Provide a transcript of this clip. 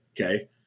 okay